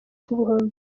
ubuhungiro